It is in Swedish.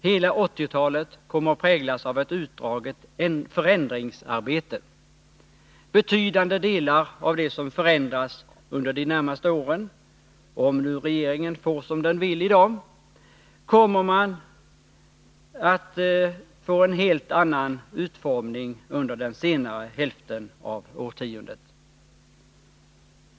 Hela 1980-talet kommer att präglas av ett utdraget förändringsarbete. Betydande delar av det som förändras under de närmaste åren — om nu regeringen får som den vill i dag — kommer att få en helt annan utformning under den senare hälften av årtiondet.